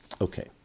Okay